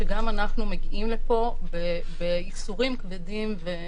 שגם אנחנו מגיעים לפה בייסורים כבדים.